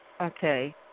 Okay